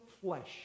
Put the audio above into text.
flesh